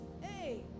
hey